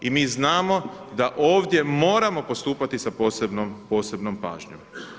I mi znamo da ovdje moramo postupati s posebnom pažnjom.